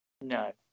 no